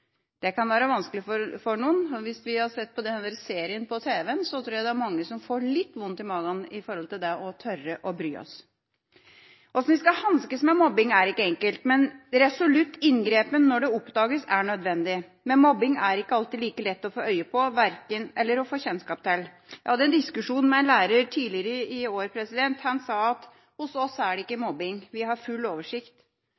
Det kan være vanskelig for noen, og hvis vi har sett på denne serien på tv, tror jeg det er mange som får litt vondt i magen når det gjelder det å tørre å bry seg. Hvordan vi skal hanskes med mobbing, er ikke enkelt, men resolutt inngripen når det oppdages, er nødvendig. Men mobbing er ikke alltid like lett å få øye på eller få kjennskap til. Jeg hadde en diskusjon med en lærer tidligere i år. Han sa: Hos oss er det ikke mobbing, vi har full oversikt.